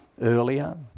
earlier